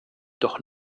doch